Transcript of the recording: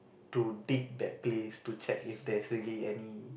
to dig that place to check if there is really any